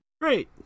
Great